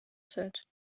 said